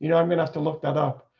you know i'm gonna have to look that up.